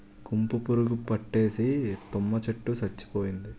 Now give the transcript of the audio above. గుంపు పురుగు పట్టేసి తుమ్మ చెట్టు సచ్చిపోయింది